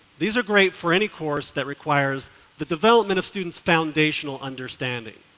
these are great for any course that requires the development of students' foundational understanding.